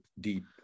deep